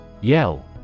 Yell